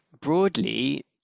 broadly